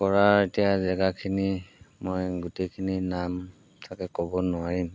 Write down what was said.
কৰাৰ এতিয়া জেগাখিনি মই গোটেখিনি নাম তাকে ক'ব নোৱাৰিম